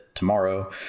tomorrow